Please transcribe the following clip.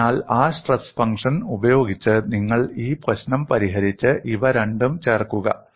അതിനാൽ ആ stress function ഉപയോഗിച്ച് നിങ്ങൾ ഈ പ്രശ്നം പരിഹരിച്ച് ഇവ രണ്ടും ചേർക്കുക